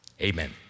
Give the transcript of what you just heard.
amen